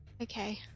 Okay